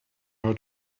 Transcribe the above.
how